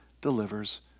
delivers